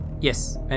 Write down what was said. yes